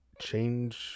change